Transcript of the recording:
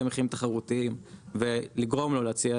מחירים תחרותיים ולגרום לו להציע.